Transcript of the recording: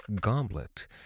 goblet